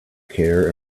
care